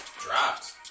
dropped